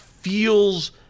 feels